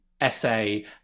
essay